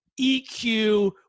EQ